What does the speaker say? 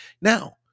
Now